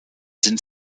sind